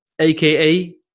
aka